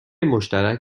مشترک